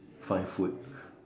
find food